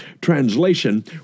translation